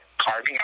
carving